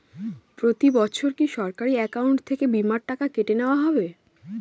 প্রতি বছর কি সরাসরি অ্যাকাউন্ট থেকে বীমার টাকা কেটে নেওয়া হবে?